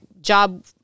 job